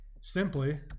simply